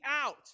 out